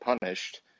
punished